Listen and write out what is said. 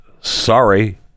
sorry